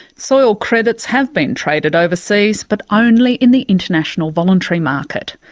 soil credits have been traded overseas, but only in the international voluntary market,